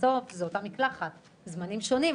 בסוף זו אותה מקלחת - זמנים שונים,